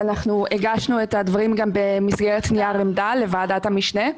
הגשנו את הדברים גם במסגרת נייר עמדה לוועדת המשנה.